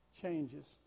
changes